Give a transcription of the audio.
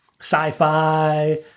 sci-fi